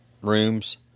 rooms